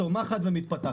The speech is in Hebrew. צומחת ומתפתחת.